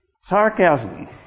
sarcasm